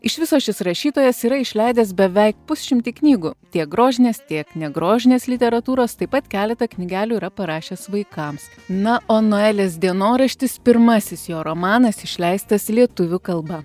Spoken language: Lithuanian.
iš viso šis rašytojas yra išleidęs beveik pusšimtį knygų tiek grožinės tiek negrožinės literatūros taip pat keletą knygelių yra parašęs vaikams na o noelės dienoraštis pirmasis jo romanas išleistas lietuvių kalba